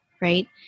right